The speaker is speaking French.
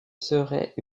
serait